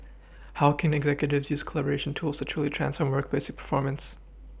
how can executives use collaboration tools to truly transform workplace performance